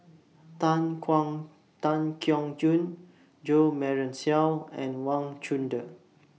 Tan Kuang Tan Keong Choon Jo Marion Seow and Wang Chunde